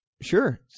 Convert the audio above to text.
Sure